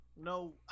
no